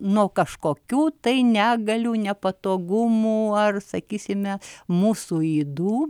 nuo kažkokių tai negalių nepatogumų ar sakysime mūsų ydų